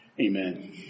amen